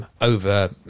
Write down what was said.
Over